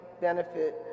benefit